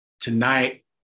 tonight